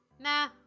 Nah